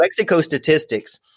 lexicostatistics